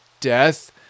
death